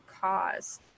cause